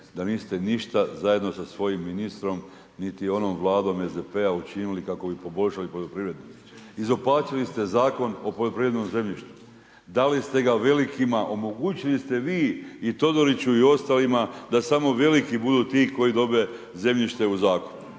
da niste ništa zajedno sa svojim ministrom niti onom vladom SDP-a učinili kako bi poboljšali poljoprivredu. Izopačili ste Zakon o poljoprivrednom zemljištu, dali ste ga velikima, omogućili ste vi i Todoriću i ostalima da samo veliki budu ti koji dobe zemljište u zakup.